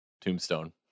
tombstone